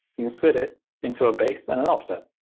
you can split it into a base and an offset.